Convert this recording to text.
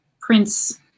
Prince